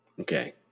Okay